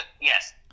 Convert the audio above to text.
Yes